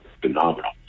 Phenomenal